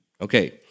Okay